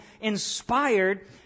inspired